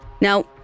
Now